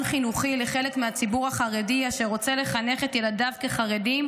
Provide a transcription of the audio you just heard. חינוכי לחלק מהציבור החרדי אשר רוצה לחנך את ילדיו כחרדים,